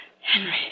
Henry